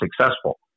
successful